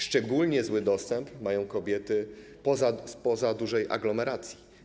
Szczególnie zły dostęp mają kobiety spoza dużych aglomeracji.